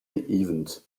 event